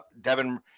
Devin